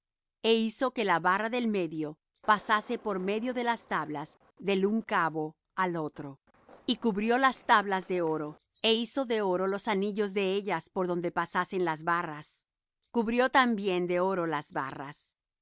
e hizo que la barra del medio pasase por medio de las tablas del un cabo al otro y cubrió las tablas de oro é hizo de oro los anillos de ellas por donde pasasen las barras cubrió también de oro las barras